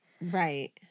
Right